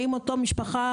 האם אותה משפחה,